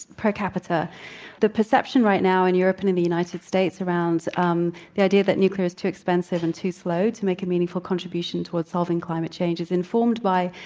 per capita the perception right now in europe and in the united states, around um the idea that nuclear is too expensive and too slow to make a meaningful contribution towards solving climate change is informed by,